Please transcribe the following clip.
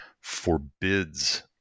forbids